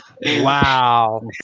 Wow